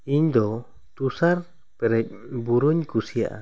ᱤᱧ ᱫᱚ ᱛᱩᱥᱟᱨ ᱯᱮᱨᱮᱡ ᱵᱩᱨᱩᱧ ᱠᱩᱥᱤᱭᱟᱜᱼᱟ